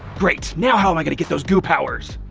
great! now how am i going to get those goo powers?